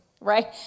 right